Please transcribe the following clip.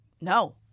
no